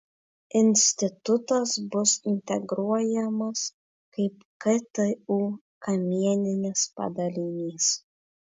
institutas bus integruojamas kaip ktu kamieninis padalinys